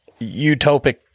utopic